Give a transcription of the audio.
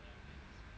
mm mm mm